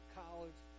college